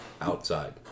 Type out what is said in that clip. outside